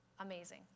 Amazing